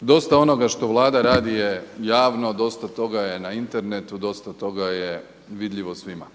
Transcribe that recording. dosta onoga što Vlada radi je javno, dosta toga je na internetu, dosta toga je vidljivo svima.